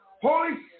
Holy